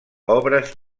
obres